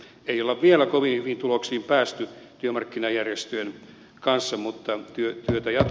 ei ole vielä kovin hyviin tuloksiin päästy työmarkkinajärjestöjen kanssa mutta työtä jatketaan